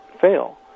fail